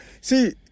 See